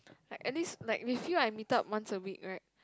like at least like with you I meet up once a week right